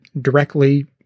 directly